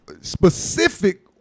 specific